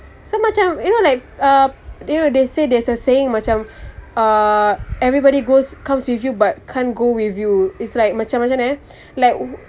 so macam you know like um you know they say there's a saying macam uh everybody goes comes with you but can't go with you it's like macam macam mana eh like